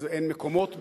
אז אין מקומות בשבילם,